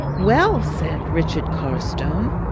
well! said richard carstone.